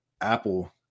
Apple